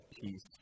peace